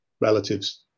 relatives